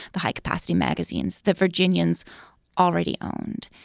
the high-capacity magazines that virginians already owned.